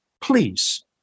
Please